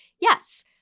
yes